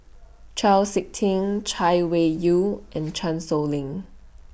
Chau Sik Ting Chay Weng Yew and Chan Sow Lin